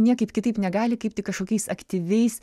niekaip kitaip negali kaip tik kažkokiais aktyviais